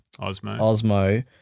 Osmo